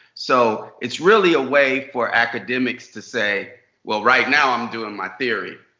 so it's really a way for academics to say well, right now, i'm doing my theory.